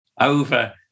over